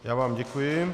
Já vám děkuji.